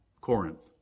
Corinth